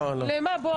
למה אתה מדבר אליו?